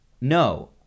No